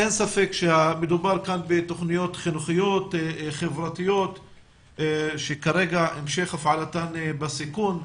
אין ספק שמדובר בתוכניות חינוכיות חברתיות שכרגע המשך הפעלתן בסיכון.